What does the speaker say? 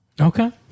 Okay